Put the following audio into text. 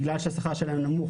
בגלל שהשכר שלהן נמוך.